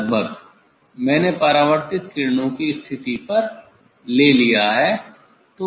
लगभग मैंने परावर्तित किरणों की स्थिति पर ले लिया है